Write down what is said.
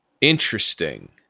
Interesting